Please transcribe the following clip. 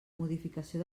modificació